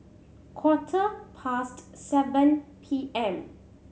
quarter past seven P M